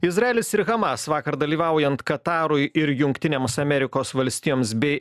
izraelis ir hamas vakar dalyvaujant katarui ir jungtinėms amerikos valstijoms bei